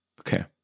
Okay